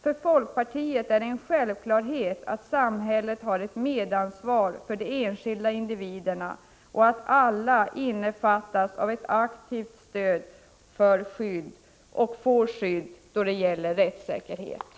För folkpartiet är det en självklarhet att samhället har ett medansvar för de enskilda individerna och att alla innefattas i ett aktivt stöd och får skydd då det gäller rättssäkerheten.